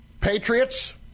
Patriots